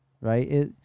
Right